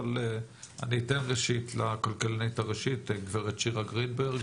אבל אני אתן ראשית לכלכלנית הראשית גב' שירה גרינברג.